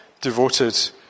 devoted